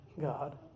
God